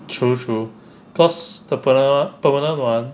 true true cause the perma~ permanent [one]